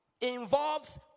involves